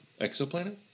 Exoplanet